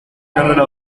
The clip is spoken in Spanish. carrera